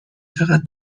چقدر